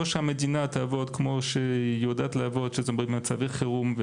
או שהמדינה תעבוד כמו שהיא יודעת לעבוד במצבי חירום,